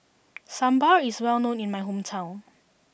Sambar is well known in my hometown